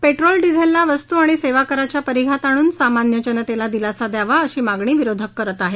petrol डिझेलला वस्तू आणि सेवा कराच्या परिघात आणून सामान्य जनतेला दिलासा द्यावा अशी मागणी विरोधक करत आहेत